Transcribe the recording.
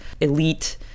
elite